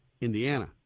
Indiana